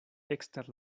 ekster